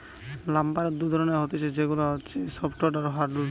লাম্বারের দুই ধরণের হতিছে সেগুলা হচ্ছে সফ্টউড আর হার্ডউড